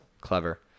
clever